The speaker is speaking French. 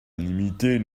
limiter